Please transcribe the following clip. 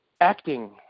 acting